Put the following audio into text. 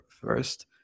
first